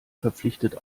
verpflichtet